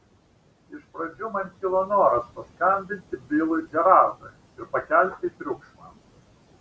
iš pradžių man kilo noras paskambinti bilui džerardui ir pakelti triukšmą